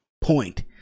point